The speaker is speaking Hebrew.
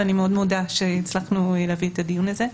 ואני מאוד מודה שהצלחנו להביא את הדיון הזה.